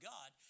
God